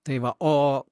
tai va o